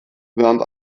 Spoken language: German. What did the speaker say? während